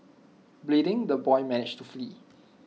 bleeding the boy managed to flee